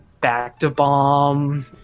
back-to-bomb